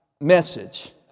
Message